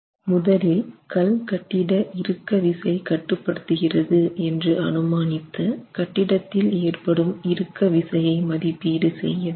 முதலில் கல் கட்டிட இறுக்க விசை கட்டுபடுத்துகிறது என்று அனுமானித்து கட்டிடத்தில் ஏற்படும் இறுக்க விசையை மதிப்பீடு செய்ய வேண்டும்